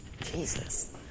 Jesus